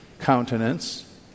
countenance